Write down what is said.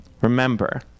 remember